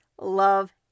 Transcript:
love